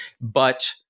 but-